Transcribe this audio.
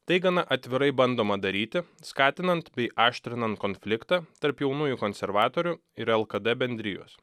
tai gana atvirai bandoma daryti skatinant bei aštrinant konfliktą tarp jaunųjų konservatorių ir lkd bendrijos